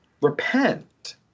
repent